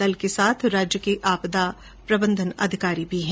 दल के साथ राज्य के आपदा प्रबंधन अधिकारी भी हैं